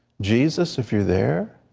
jesus, if you are there,